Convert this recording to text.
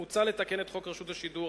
מוצע לתקן את חוק רשות השידור,